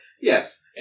Yes